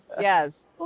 Yes